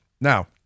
Now